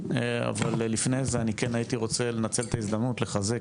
אבל לפני זה אני כן הייתי רוצה לנצל את ההזדמנות לחזק